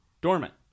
dormant